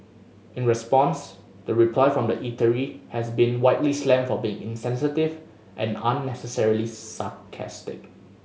in response the reply from the eatery has been widely slammed for being insensitive and unnecessarily sarcastic